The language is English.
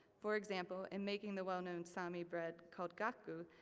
for example, in making the well-known sami bread, called gahkko,